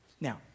Now